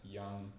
young